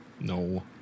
No